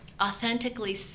authentically